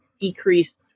decreased